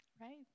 Right